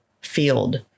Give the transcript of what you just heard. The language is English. field